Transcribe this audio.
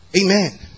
Amen